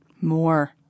More